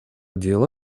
дела